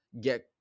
get